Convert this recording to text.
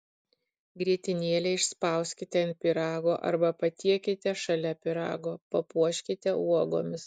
grietinėlę išspauskite ant pyrago arba patiekite šalia pyrago papuoškite uogomis